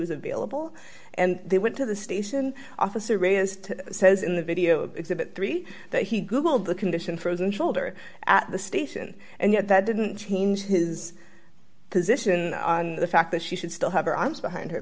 was available and they went to the station officer is to says in the video exhibit three that he googled the condition frozen shoulder at the station and yet that didn't change his position on the fact that she should still have her arms behind her